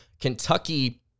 Kentucky